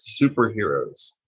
superheroes